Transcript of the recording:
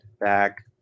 back